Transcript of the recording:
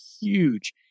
huge